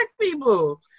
people